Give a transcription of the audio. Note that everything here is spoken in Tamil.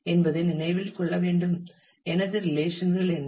என்பதை நினைவில் கொள்ள வேண்டும் எனது ரிலேஷன்கள் என்ன